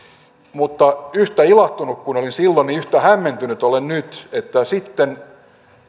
mutta yhtä ilahtunut kuin olin silloin niin yhtä hämmentynyt olen nyt sitten